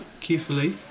carefully